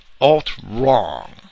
Alt-Wrong